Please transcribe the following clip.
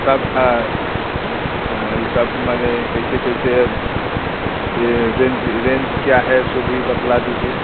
सब है यह सब माने कैसे कैसे ये रेंज रेंज क्या है सो भी बतला दीजिए